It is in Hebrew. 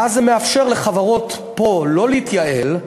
ואז זה מאפשר לחברות פה לא להתייעל,